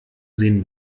sehen